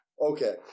Okay